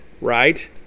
right